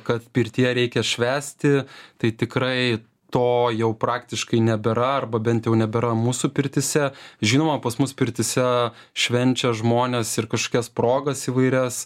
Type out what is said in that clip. kad pirtyje reikia švęsti tai tikrai to jau praktiškai nebėra arba bent jau nebėra mūsų pirtyse žinoma pas mus pirtyse švenčia žmonės ir kažkokias progas įvairias